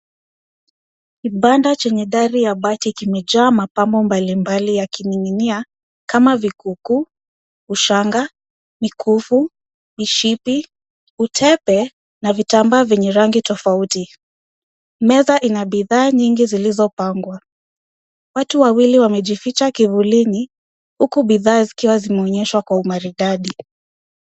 Banda chenye dari ya bati kimejaa mapambo mbalimbali yakining'inia kama vikuku, ushanga, mikufu, mishipi, utepe na vitambaa vyenye rangi tofauti. Meza ina bidhaa nyingi zilizopangwa. Watu wawili wamejificha kivulini huku bidhaa zikiwa zimeonyeshwa kwa umaridadi.